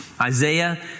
Isaiah